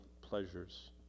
pleasures